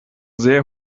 sehr